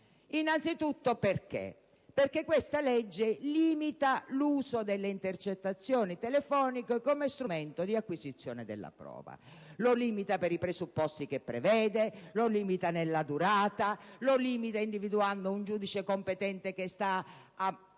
Innanzitutto, perché questa legge limita l'uso delle intercettazioni telefoniche come strumento di acquisizione della prova. Lo limita per i presupposti che prevede; lo limita nella durata; lo limita individuando un giudice competente che sta